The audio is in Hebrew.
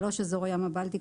אזור הים הבלטי,